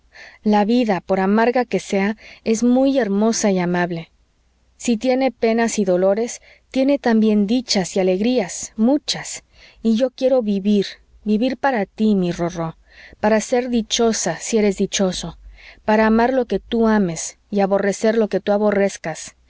la vida por amarga que sea es muy hermosa y amable si tiene penas y dolores tiene también dichas y alegrías muchas y yo quiero vivir vivir para ti mi rorró para ser dichosa si eres dichoso para amar lo que tú ames y aborrecer lo que tú aborrezcas